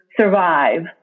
survive